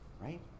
Right